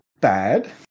bad